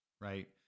right